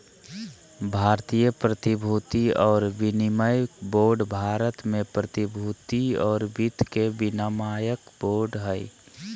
भारतीय प्रतिभूति और विनिमय बोर्ड भारत में प्रतिभूति और वित्त के नियामक बोर्ड हइ